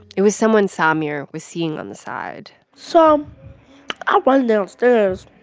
it was someone samire was seeing on the side so i went downstairs